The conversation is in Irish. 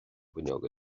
bhfuinneog